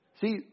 See